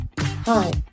Hi